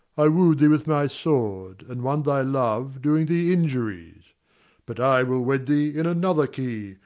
i woo'd thee with my sword, and won thy love doing thee injuries but i will wed thee in another key,